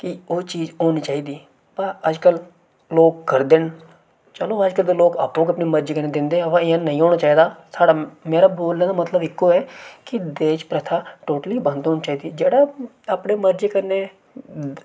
कि ओह् चीज होनी चाहिदी बा अजकल लोग करदे न चलो अजकल ते लोग आपूं गै अपनी मर्जी कन्नै दिंदे अवा इ'यां नेईं होना चाहिदा साढ़ा मेरा बोलने दा मतलब इक्को ऐ कि दाज प्रथा टोटली बंद होनी चाहिदी जेह्ड़ा अपनी मर्जी कन्नै